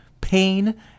pain